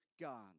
God